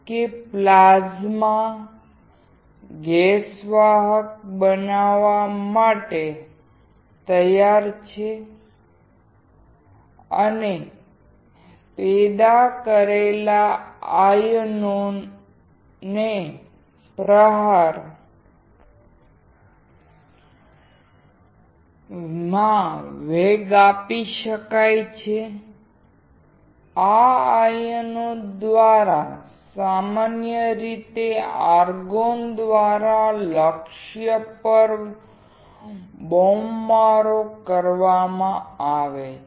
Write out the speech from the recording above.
કે plasma gas વાહક બનાવવા માટે તૈયાર છે અને પેદા કરેલા આયનોને પ્રહાર માં વેગ આપી શકાય છે આ આયનો દ્વારા સામાન્ય રીતે આર્ગોન દ્વારા લક્ષ્ય પર બોમ્બમારો કરવામાં આવે છે